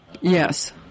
Yes